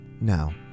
Now